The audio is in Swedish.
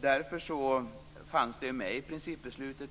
Därför fanns en sådan diskussion med i principbeslutet.